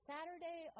Saturday